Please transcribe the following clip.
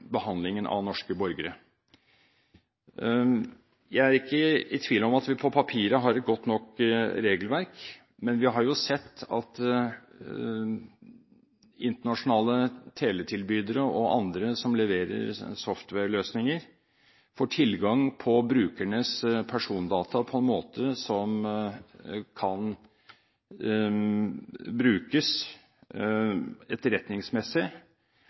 ikke i tvil om at vi på papiret har et godt nok regelverk, men vi har jo sett at internasjonale teletilbydere og andre som leverer software-løsninger, får tilgang til brukernes persondata på en måte som kan brukes etterretningsmessig,